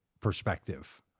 perspective